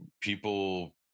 people